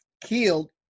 killed